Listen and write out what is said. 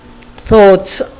thoughts